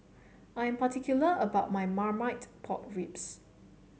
I am particular about my Marmite Pork Ribs